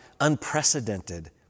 unprecedented